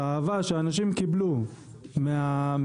האהבה שהאנשים קיבלו מהציבור,